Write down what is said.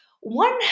One